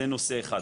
זה נושא אחד.